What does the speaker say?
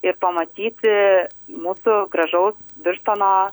ir pamatyti mūsų gražaus birštono